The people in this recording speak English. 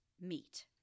meet